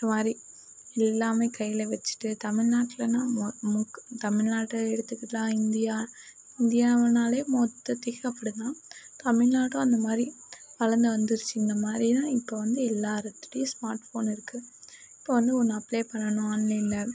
மாதிரி எல்லாமே கையில் வச்சிட்டு தமிழ்நாட்டுலன்னா மு முக் தமிழ்நாட்டை எடுத்துக்கிட்டா இந்தியா இந்தியாவினாலே மொத்த தமிழ்நாடும் அந்தமாதிரி வளர்ந்து வந்துருச்சி இந்தமாதிரிலான் இப்போ வந்து எல்லாருக்கிட்டையும் ஸ்மார்ட் ஃபோன் இருக்கு இப்போ வந்து ஒன்று நான் பிளே பண்ணனும் ஆன்லைனில்